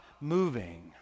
moving